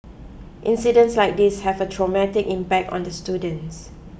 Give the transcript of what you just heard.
incidents like these have a traumatic impact on the students